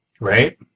Right